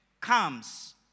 comes